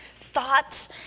thoughts